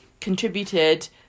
contributed